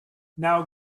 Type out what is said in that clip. now